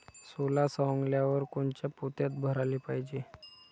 सोला सवंगल्यावर कोनच्या पोत्यात भराले पायजे?